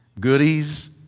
goodies